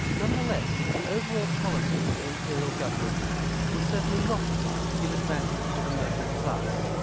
nonetheless, the overall policies of the imperial government were certainly not designed to give advantage to the merchant class,